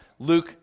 Luke